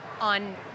on